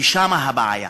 ושם הבעיה.